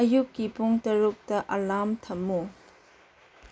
ꯑꯌꯨꯛꯀꯤ ꯄꯨꯡ ꯇꯔꯨꯛꯇ ꯑꯦꯂꯥꯝ ꯊꯝꯃꯨ